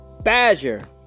badger